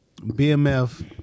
BMF